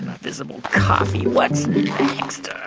invisible coffee what's next?